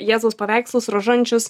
jėzaus paveikslus rožančius